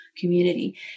community